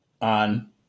on